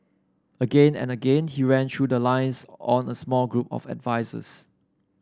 again and again he ran through the lines on a small group of advisers